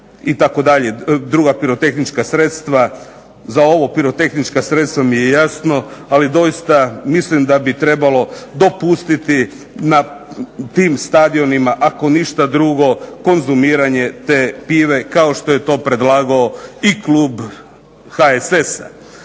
druga pirotehnička sredstava. Za ova pirotehnička sredstva mi je jasno, ali doista mislim da bi trebalo dopustiti na tim stadionima ako ništa drugo konzumiranje te pive kao što je to predlagao i klub HSS-a.